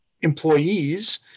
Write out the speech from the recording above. employees